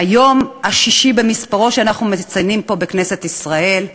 שזה כבר היום השישי במספר שאנחנו מציינים פה בכנסת ישראל,